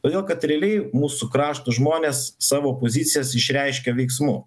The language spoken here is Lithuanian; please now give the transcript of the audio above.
todėl kad realiai mūsų krašto žmonės savo pozicijas išreiškia veiksmu